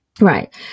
right